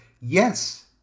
yes